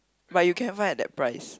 but you can find that price